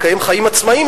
לקיים חיים עצמאיים.